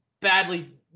badly